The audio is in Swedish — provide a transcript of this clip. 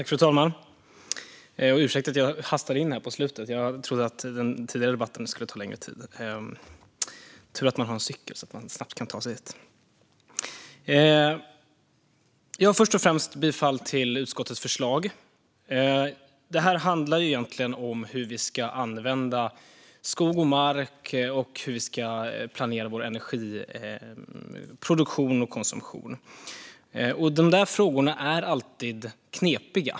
Fru talman! Jag ber om ursäkt för att jag hastar in här på slutet. Jag trodde att den tidigare debatten skulle ta längre tid. Det är tur att man har en cykel så att man snabbt kan ta sig hit. Först och främst yrkar jag bifall till utskottets förslag. Det handlar egentligen om hur vi ska använda skog och mark och hur vi ska planera vår energiproduktion och energikonsumtion. De frågorna är alltid knepiga.